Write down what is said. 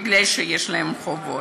מפני שיש להם חובות,